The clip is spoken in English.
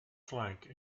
flank